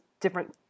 different